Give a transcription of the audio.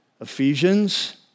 Ephesians